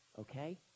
Okay